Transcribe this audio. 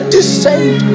Descend